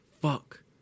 Fuck